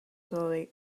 slowly